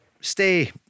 stay